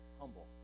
Humble